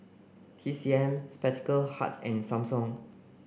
T C M Spectacle Hut and Samsung